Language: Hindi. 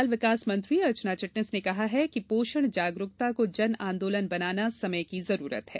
महिला बाल विकास मंत्री अर्चना चिटनिस ने कहा है कि पोषण जागरूकता को जन आंदोलन बनाना समय की आवश्यकता है